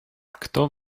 kto